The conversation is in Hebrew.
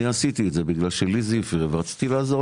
אני עשיתי את זה בגלל שלי זה ורציתי לעזור